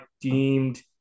deemed